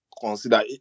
consider